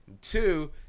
Two